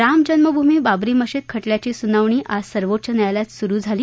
रामजन्मभूमी बाबरी मशीद खटल्याची सुनावणी आज सर्वोच्च न्यायालयात सुरु झाली